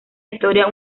historia